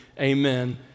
Amen